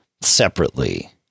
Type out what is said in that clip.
separately